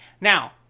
Now